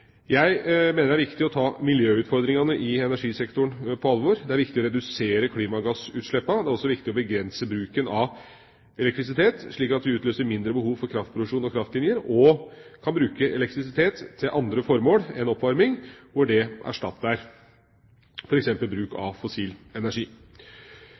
Jeg mener det er viktig å ta miljøutfordringene i energisektoren på alvor. Det er viktig å redusere klimagassutslippene. Det er også viktig å begrense bruken av elektrisitet, slik at vi utløser mindre behov for kraftproduksjon og kraftlinjer, og kan bruke elektrisitet til andre formål enn oppvarming, hvor det erstatter f.eks. bruk